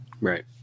Right